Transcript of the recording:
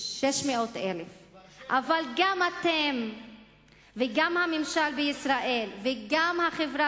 600,000. אבל גם אתם וגם הממשל בישראל וגם החברה